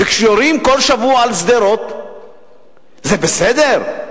אז למה כשיורים כל שבוע על שדרות זה בסדר?